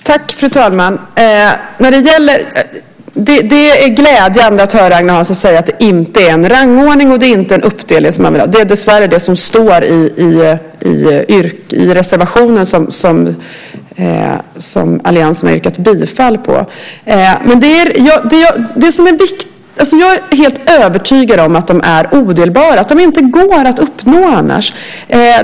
Fru talman! Det är glädjande att höra Agne Hansson säga att det inte är en rangordning och en uppdelning som man vill ha. Det är dessvärre vad som står i reservationen som alliansen har yrkat bifall till. Jag är helt övertygad om att de är odelbara, att de inte går att uppnå annars.